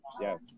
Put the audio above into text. Yes